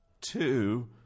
two